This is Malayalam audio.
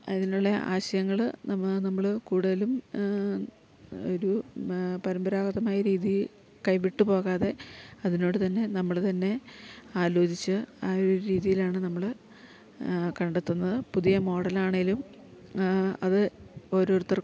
അതിനുള്ള ആശയങ്ങള് നമ്മ നമ്മള് കൂടുതലും ഒരു പരമ്പരാഗതമായ രീതീ കൈവിട്ട് പോകാതെ അതിനോട് തന്നെ നമ്മള് തന്നെ ആലോചിച്ച് ആ ഒരു രീതിയിലാണ് നമ്മള് കണ്ടെത്തുന്നത് പുതിയ മോഡലാണേലും അത് ഓരോരുത്തർ